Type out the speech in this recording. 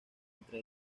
entre